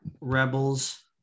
rebels